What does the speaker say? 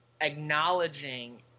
acknowledging